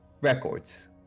records